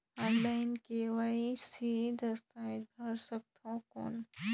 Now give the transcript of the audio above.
Online KYC दस्तावेज भर सकथन कौन?